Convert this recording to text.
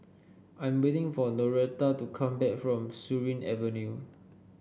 I'm waiting for Noretta to come back from Surin Avenue